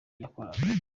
yakoraga